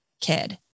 kid